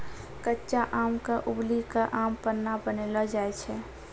कच्चा आम क उबली कॅ आम पन्ना बनैलो जाय छै